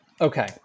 okay